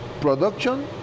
production